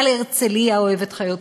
על "הרצליה אוהבת חיות",